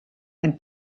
and